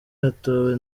hatowe